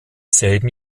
selben